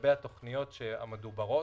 לגבי התוכניות המדוברות,